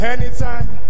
Anytime